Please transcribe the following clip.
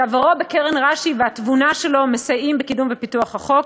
שעברו בקרן רש"י והתבונה שלו מסייעים בקידום ופיתוח החוק,